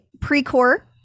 pre-core